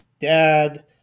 dad